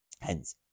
hence